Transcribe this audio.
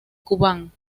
kubán